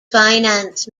finance